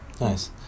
nice